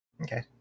Okay